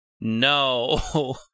no